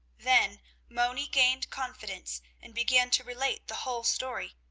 then moni gained confidence and began to relate the whole story,